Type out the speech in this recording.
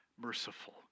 merciful